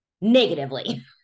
negatively